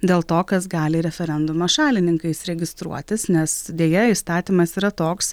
dėl to kas gali referendumo šalininkais registruotis nes deja įstatymas yra toks